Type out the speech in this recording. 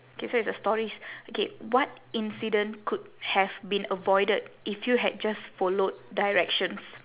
K so it's a stories okay what incident could have been avoided if you had just followed directions